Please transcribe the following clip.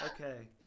Okay